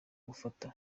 gufata